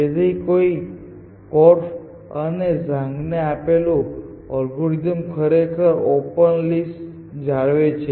તેથી કોર્ફ અને ઝાંગએ આપેલું અલ્ગોરિધમ ખરેખર ફક્ત ઓપન લિસ્ટ જાળવે છે